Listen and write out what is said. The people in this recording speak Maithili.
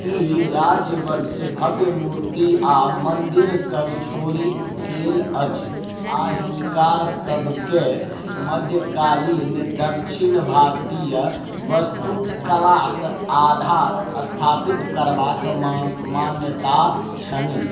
ई राजवंश भव्य मूर्ति आ मंदिर सभ छोड़ि गेल अछि आ हिनकासभकेँ मध्यकालीन दक्षिण भारतीय वस्तुकलाक आधार स्थापित करबाक मान मान्यता छनि